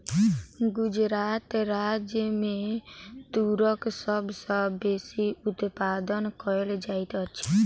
गुजरात राज्य मे तूरक सभ सॅ बेसी उत्पादन कयल जाइत अछि